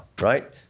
right